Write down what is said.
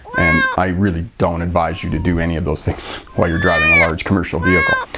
and i really don't advise you to do any of those things while you're driving a large commercial vehicle.